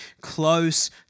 close